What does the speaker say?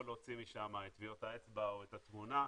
להוציא משם את טביעות האצבע או את התמונה,